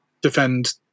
defend